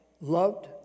loved